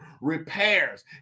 Repairs